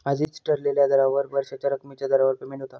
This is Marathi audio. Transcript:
आधीच ठरलेल्या दरावर वर्षाच्या रकमेच्या दरावर पेमेंट होता